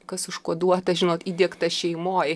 kas užkoduota žinot įdiegta šeimoj